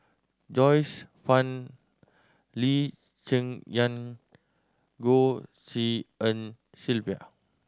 Joyce Fan Lee Cheng Yan Goh Tshin En Sylvia